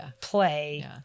play